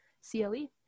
C-L-E